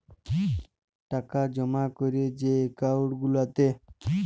টাকা জমা ক্যরে যে একাউল্ট গুলাতে